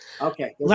Okay